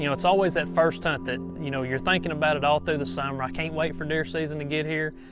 you know it's always that first hunt that you know you're thinking about it all through the summer. i can't wait for deer season to get here.